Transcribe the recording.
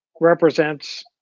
represents